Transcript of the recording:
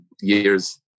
years